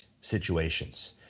situations